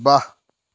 বাহ